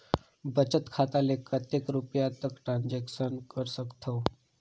बचत खाता ले कतेक रुपिया तक ट्रांजेक्शन कर सकथव?